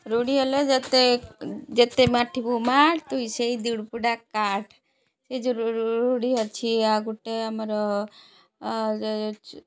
ରୁଢ଼ି ହେଲେ ଯେତେ ଯେତେ ମାଠିବୁ ମାଠ୍ ତୁଇ ସେଇ ଦୁଡ଼ପୁଡ଼ା କାଠ୍ ସେ ଯୋଉ ରୁଢ଼ି ଅଛି ଆଉ ଗୋଟେ ଆମର